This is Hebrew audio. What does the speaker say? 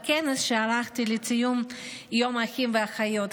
בכנס שערכתי לציון יום האחים והאחיות,